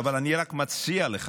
אבל פה זה רק לאותם בתי ספר,